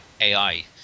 ai